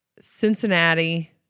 Cincinnati